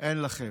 אין לכם.